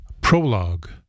prologue